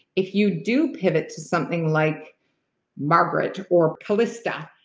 if you do pivot to something like margaret or calista,